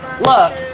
Look